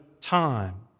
time